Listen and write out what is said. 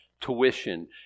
tuition